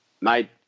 mate